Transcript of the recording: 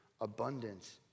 abundance